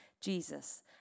Jesus